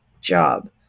job